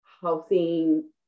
housing